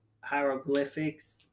hieroglyphics